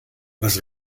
was